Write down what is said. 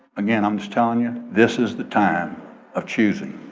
again, i'm just telling you. this is the time of choosing.